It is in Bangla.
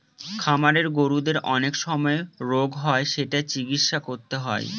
খামারের গরুদের অনেক সময় রোগ হয় যেটার চিকিৎসা করতে হয়